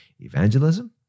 evangelism